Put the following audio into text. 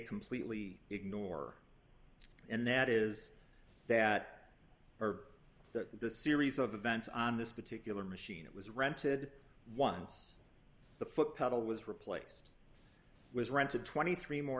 completely ignore and that is that or that the series of events on this particular machine it was rented once the foot pedal was replaced was rented twenty three